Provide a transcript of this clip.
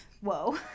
whoa